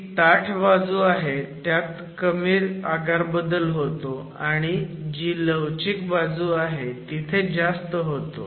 ती ताठ बाजू आहे त्यात कमी आकारबदल होतो आणि जी लवचिक बाजू आहे तिथे जास्त होतो